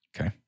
Okay